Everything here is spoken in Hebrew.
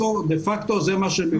דה-פקטו זה מה שקיים.